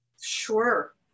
Sure